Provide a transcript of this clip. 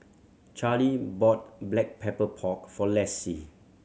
Charley bought Black Pepper Pork for Lessie